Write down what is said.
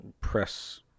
press